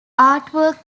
artwork